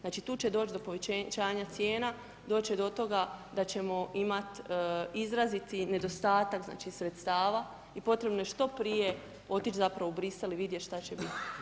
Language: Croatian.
Znači tu će doći do povećanja cijena, doći će do toga da ćemo imati izraziti nedostatak sredstava i potrebno je što prije otići zapravo u Bruxelles i vidjeti šta će biti.